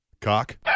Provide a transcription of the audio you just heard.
Cock